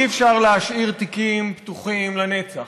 אי-אפשר להשאיר תיקים פתוחים לנצח.